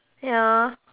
ya